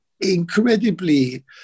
incredibly